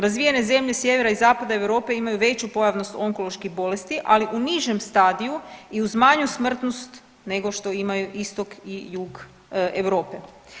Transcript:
Razvijene zemlje sjevera i zapada Europe imaju veću pojavnost onkoloških bolesti, ali u nižem stadiju i uz manju smrtnost nego što imaju istok i jug Europe.